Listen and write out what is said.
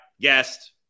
guest